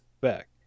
back